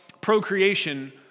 procreation